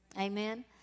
amen